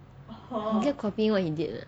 he kept copying what he did lah